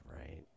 right